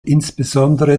insbesondere